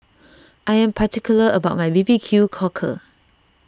I am particular about my B B Q Cockle